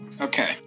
Okay